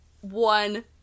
one